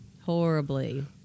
horribly